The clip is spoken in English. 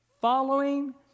Following